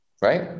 Right